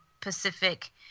Pacific